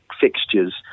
fixtures